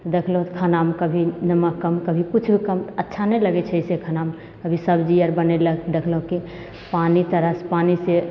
देखलहुँ तऽ खानामे कभी नमक कम कभी किछु भी कम तऽ अच्छा नहि लगैत छै एसे खानामे कभी सबजी आर बनेलक देखलहुँ कि पानि तऽ रस पानि से